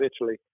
Italy